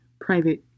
private